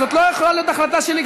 זאת לא יכולה להיות החלטה שלי.